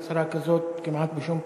הצהרה כזאת כמעט בשום פרלמנט.